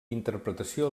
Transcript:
interpretació